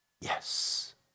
Yes